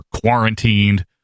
quarantined